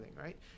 right